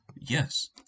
yes